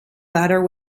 ladder